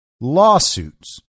lawsuits